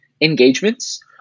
engagements